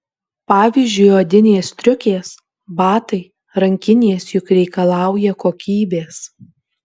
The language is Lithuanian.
pavyzdžiui odinės striukės batai rankinės juk reikalauja kokybės